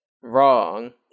wrong